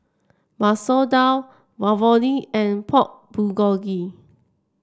Masoor Dal Ravioli and Pork Bulgogi